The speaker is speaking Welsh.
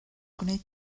gwneud